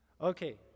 okay